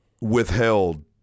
withheld